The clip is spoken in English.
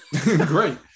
great